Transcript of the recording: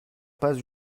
pas